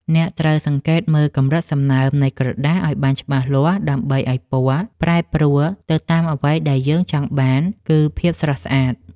អ្នកត្រូវសង្កេតមើលកម្រិតសំណើមនៃក្រដាសឱ្យបានច្បាស់លាស់ដើម្បីឱ្យពណ៌ប្រែប្រួលទៅតាមអ្វីដែលយើងចង់បាន គឺ ភាពស្រស់ស្អាត។